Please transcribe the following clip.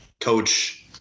coach